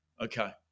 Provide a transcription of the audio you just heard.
Okay